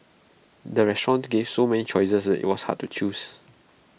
the restaurant gave so many choices that IT was hard to choose